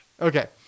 Okay